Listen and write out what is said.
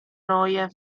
noie